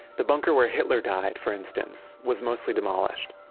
the bunker where hitler died for instance, was mostly demolished.